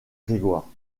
grégoire